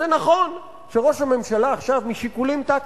אז זה נכון שראש הממשלה עכשיו, משיקולים טקטיים,